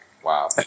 Wow